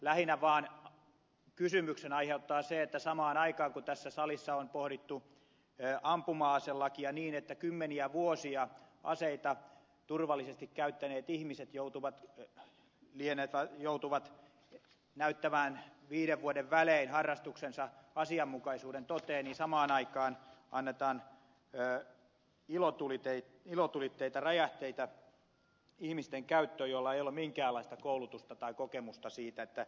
lähinnä vaan kysymyksen aiheuttaa se että samaan aikaan kun tässä salissa on pohdittu ampuma aselakia niin että kymmeniä vuosia aseita turvallisesti käyttäneet ihmiset joutuvat näyttämään viiden vuoden välein harrastuksensa asianmukaisuuden toteen niin annetaan ilotulitteita räjähteitä ihmisten käyttöön joilla ei ole minkäänlaista koulutusta tai kokemusta niistä